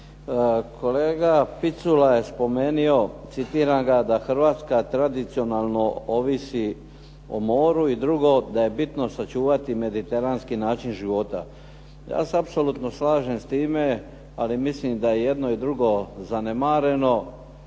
Kolega Picula je spomenuo, citiram ga: "da Hrvatska tradicionalno ovisi o moru" i drugo "da je bitno sačuvati mediteranski način života." Ja se apsolutno slažem s time, ali mislim da je i jedno i drugo zanemareno